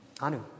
Anu